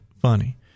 funny